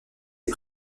est